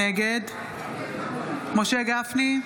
נגד משה גפני,